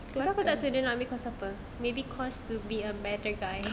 kenapa tak tanya dia nak ambil course apa maybe course to be a better guy